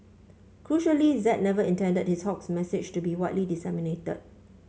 crucially Z never intended his hoax message to be widely disseminated